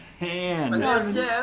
man